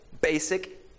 basic